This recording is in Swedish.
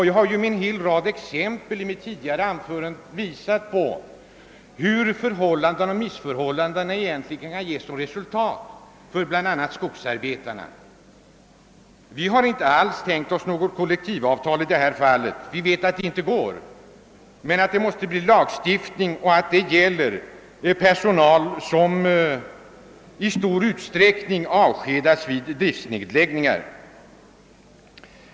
Jag har ju i mitt tidigare anförande med en hel rad exempel visat vilka resultat missförhållandena kan få för bl.a. skogsarbetarna. Vi har inte alls tänkt oss något kollektivavtal i detta fall; vi vet att det inte går att få in sådana bestämmelser i ett kollektivavtal. Vi vill ha en lagstiftning som skyddar den personal som avskedas vid driftsnedläggningar.